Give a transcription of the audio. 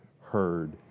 heard